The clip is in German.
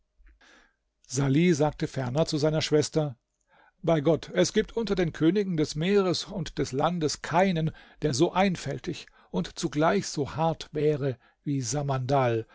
salih sagte ferner zu seiner schwester bei gott es gibt unter den königen des meeres und des landes keinen der so einfältig und zugleich so hart wäre wie samandal